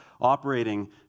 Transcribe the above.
operating